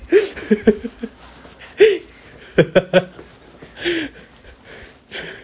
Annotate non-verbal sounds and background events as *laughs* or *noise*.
*laughs*